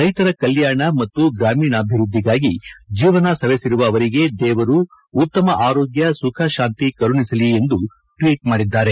ರೈಶರ ಕಲ್ಕಾಣ ಮತ್ತು ಗ್ರಾಮೀಣಾಭಿವೃದ್ಧಿಗಾಗಿ ಜೀವನ ಸೆವೆಸಿರುವ ಅವರಿಗೆ ದೇವರು ಉತ್ತಮ ಆರೋಗ್ಯ ಸುಖ ಶಾಂತಿ ಕರುಣಿಸಲಿ ಎಂದು ಟ್ವೀಟ್ ಮಾಡಿದ್ದಾರೆ